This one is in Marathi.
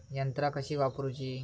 यंत्रा कशी वापरूची?